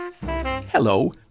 Hello